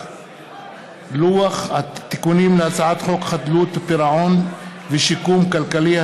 לוח התיקונים להצעת חוק חדלות פירעון ושיקום כלכלי,